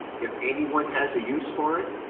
if any one has a use for it,